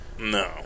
No